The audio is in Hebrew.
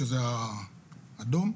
שזה האדום,